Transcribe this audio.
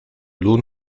lohn